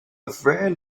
friend